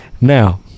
Now